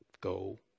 go